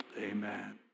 Amen